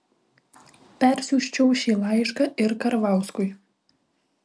persiųsčiau šį laišką ir karvauskui